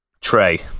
Tray